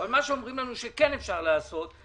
אבל את מה שאומרים לנו שכן אפשר לעשות אנחנו עושים.